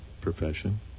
profession